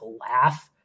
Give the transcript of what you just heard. laugh